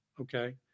okay